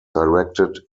directed